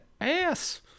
ass